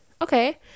okay